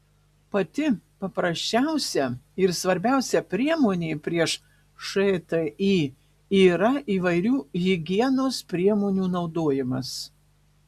pati paprasčiausia ir svarbiausia priemonė prieš šti yra įvairių higienos priemonių naudojimas